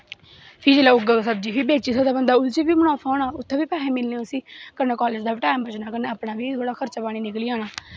फ्ही जिसलै उग्गग सब्जी फ्ही बेची सकदा उस्सी बी मनाफा होना उस्सी बी फैदा होना उस्सी कन्नै कालेज दा बी खर्चा निकलना